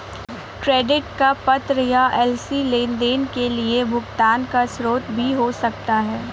credit का पत्र या एल.सी लेनदेन के लिए भुगतान का स्रोत भी हो सकता है